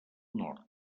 nord